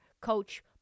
Coach